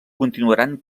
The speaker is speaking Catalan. continuaran